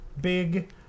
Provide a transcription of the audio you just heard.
big